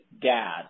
dad